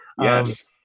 Yes